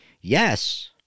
yes